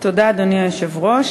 אדוני היושב-ראש,